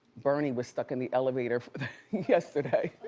bernie was stuck in the elevator yesterday.